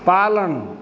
पालन